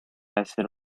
essere